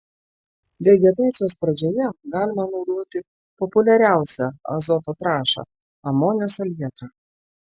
vegetacijos pradžioje galima naudoti populiariausią azoto trąšą amonio salietrą